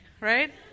right